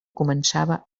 començava